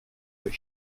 but